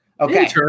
okay